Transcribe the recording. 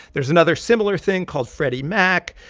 there's another similar thing called freddie mac,